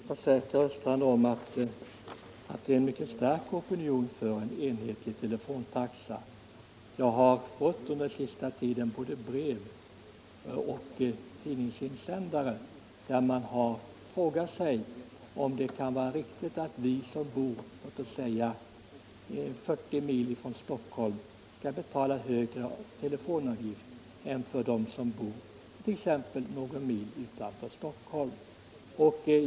Herr talman! Jag kan försäkra herr Östrand att det är en mycket stark opinion till förmån för en enhetlig telefontaxa. Man har under den sista tiden både i brev till mig och i tidningsinsändare ställt frågan om det kan vara riktigt att de som bor t.ex. 40 mil från Stockholm skall behöva betala högre telefonavgift för samtal dit än de som bor t.ex. någon mil utanför Stockholm.